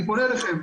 אני פונה לכם,